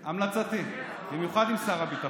המלצתי, במיוחד עם שר הביטחון.